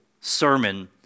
sermon